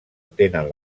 tenen